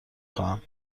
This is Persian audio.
خواهم